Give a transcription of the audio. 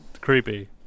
creepy